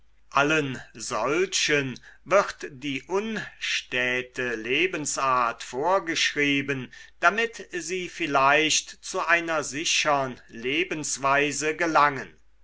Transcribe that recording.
allen solchen wird die unstäte lebensart vorgeschrieben damit sie vielleicht zu einer sichern lebensweise gelangen